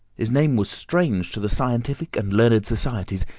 his name was strange to the scientific and learned societies,